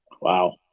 Wow